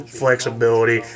flexibility